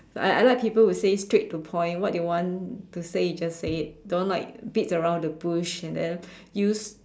I I like people who say straight to point what you want to say just say it don't like beat around the bush and then use